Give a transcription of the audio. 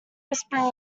whispering